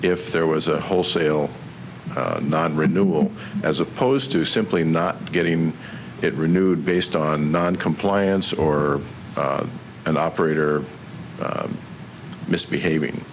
if there was a wholesale non renewal as opposed to simply not getting it renewed based on noncompliance or an operator misbehaving